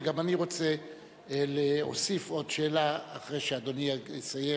וגם אני רוצה להוסיף עוד שאלה אחרי שאדוני יסיים,